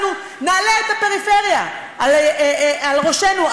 אנחנו נעלה את הפריפריה על ראש שמחתנו,